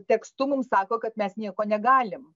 tekstu mums sako kad mes nieko negalim